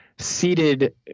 seated